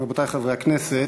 רבותי חברי הכנסת,